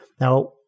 Now